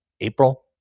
April